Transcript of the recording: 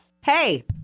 Hey